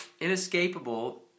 inescapable